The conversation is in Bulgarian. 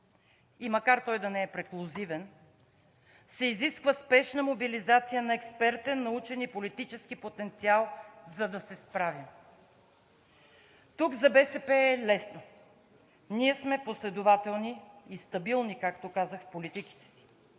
и макар той да не е преклузивен, се изисква спешна мобилизация на експертен, научен и политически потенциал, за да се справим. Тук за БСП е лесно. Ние сме последователни и стабилни, както казах, в политиките си.